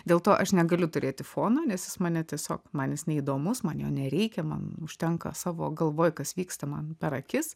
dėl to aš negaliu turėti fono nes jis mane tiesiog man jis neįdomus man jo nereikia man užtenka savo galvoj kas vyksta man per akis